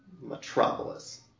Metropolis